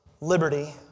liberty